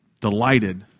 delighted